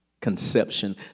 conception